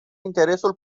interesul